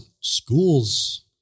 schools